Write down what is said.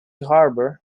harbor